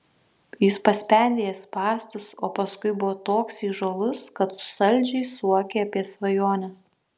jis paspendė jai spąstus o paskui buvo toks įžūlus kad saldžiai suokė apie svajones